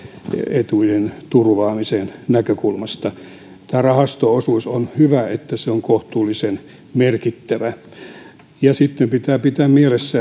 etujen turvaamisen näkökulmasta on hyvä että tämä rahasto osuus on kohtuullisen merkittävä sitten pitää pitää mielessä